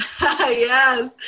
Yes